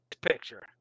picture